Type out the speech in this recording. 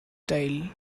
style